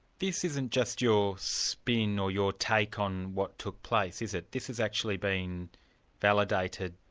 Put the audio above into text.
this isn't just your spin or your take on what took place, is it? this has actually been validated,